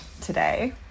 today